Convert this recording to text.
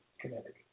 Connecticut